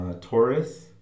Taurus